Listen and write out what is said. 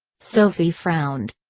sophie frowned.